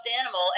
animal